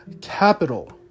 capital